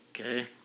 okay